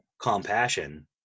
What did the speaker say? compassion